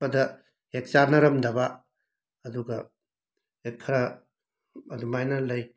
ꯄꯗ ꯍꯦꯛ ꯆꯥꯟꯅꯔꯝꯗꯕ ꯑꯗꯨꯒ ꯍꯦꯛ ꯈꯔ ꯑꯗꯨꯃꯥꯏꯅ ꯂꯩ